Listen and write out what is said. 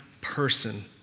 person